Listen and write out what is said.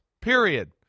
period